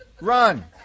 run